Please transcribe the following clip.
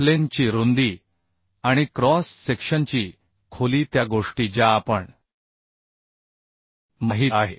प्लेनची रुंदी आणि क्रॉस सेक्शनची खोली त्या गोष्टी ज्या आपण माहीत आहे